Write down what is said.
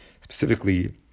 specifically